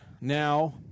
now